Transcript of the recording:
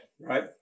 right